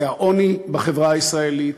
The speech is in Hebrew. זה העוני בחברה הישראלית,